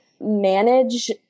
manage